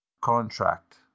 contract